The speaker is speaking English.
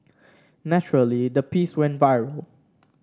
naturally the piece went viral